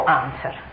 answer